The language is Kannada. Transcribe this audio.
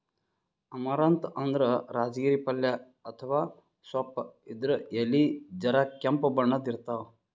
ಅಮರಂತ್ ಅಂದ್ರ ರಾಜಗಿರಿ ಪಲ್ಯ ಅಥವಾ ಸೊಪ್ಪ್ ಇದ್ರ್ ಎಲಿ ಜರ ಕೆಂಪ್ ಬಣ್ಣದ್ ಇರ್ತವ್